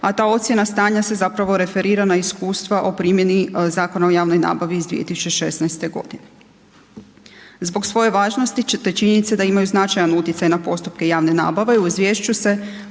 a ta ocjena stanja se zapravo referira na iskustva o primjeni Zakona o javnoj nabavi iz 2016. godine. Zbog svoje važnosti te činjenice da imaju značajan utjecaj na postupke javne nabave u izvješću se